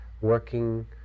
working